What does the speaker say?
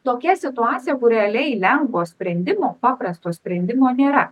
tokia situacija kur realiai lengvo sprendimo paprasto sprendimo nėra